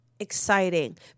exciting